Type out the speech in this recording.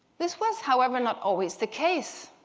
this was, however, not always the case.